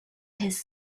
his